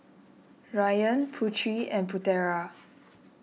Ryan Putri and Putera